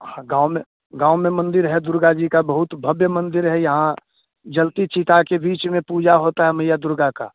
हाँ गाँव में गाँव में मंदिर है दुर्गा जी का बहुत भब्य मंदिर है यहाँ जलती चिता के बीच में पूजा होता है मैया दुर्गा का